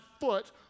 foot